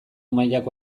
mailako